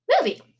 movie